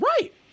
right